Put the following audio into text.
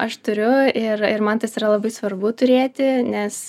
aš turiu ir ir man tas yra labai svarbu turėti nes